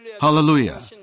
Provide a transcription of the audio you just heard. Hallelujah